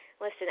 listen